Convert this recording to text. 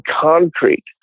concrete